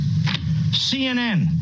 CNN